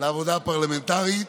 לעבודה פרלמנטרית.